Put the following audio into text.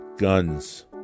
guns